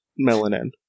melanin